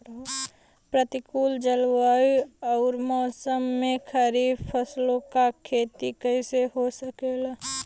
प्रतिकूल जलवायु अउर मौसम में खरीफ फसलों क खेती कइसे हो सकेला?